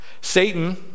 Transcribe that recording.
Satan